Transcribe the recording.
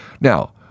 Now